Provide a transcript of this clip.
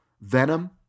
venom